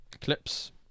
clips